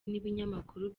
n’ibinyamakuru